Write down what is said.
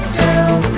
tell